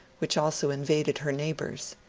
which also invaded her neighbours.